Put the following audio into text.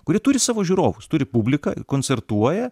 kurie turi savo žiūrovus turi publiką ir koncertuoja